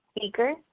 speaker